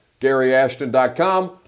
GaryAshton.com